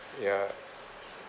ya